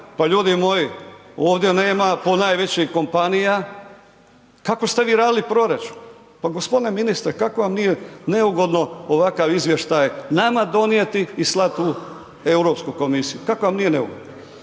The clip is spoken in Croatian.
pa ljudi moji, ovdje nema ponajvećih kompanija, kako ste vi radili proračun? Pa g. ministre, kako vam nije neugodno ovakav izvještaj nama donijeti i slat u Europsku komisiju, kako vam nije neugodno?